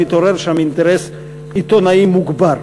מתעורר שם אינטרס עיתונאי מוגבר.